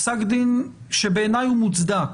פסק דין שבעיניי הוא מוצדק.